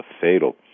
fatal